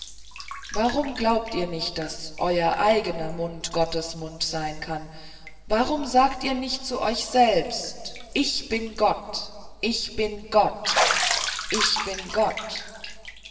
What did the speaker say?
warum glaubt ihr nicht daß euer eigener mund gottes mund sein kann warum sagt ihr nicht zu euch selber ich bin gott ich bin gott ich bin gott